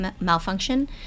malfunction